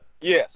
Yes